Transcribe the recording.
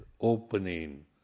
opening